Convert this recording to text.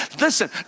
listen